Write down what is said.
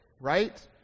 right